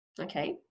Okay